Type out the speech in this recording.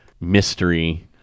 mystery